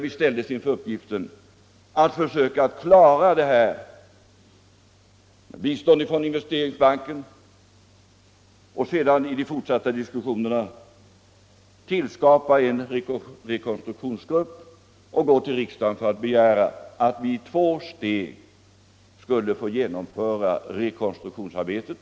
Vi ställdes inför uppgiften att försöka klara detta problem med bistånd från Investeringsbanken och sedan i de fortsatta diskussionerna tillskapa en rekonstruktionsgrupp samt gå till riksdagen för att begära att vi i två steg skulle få genomföra rekonstruktionsarbetet.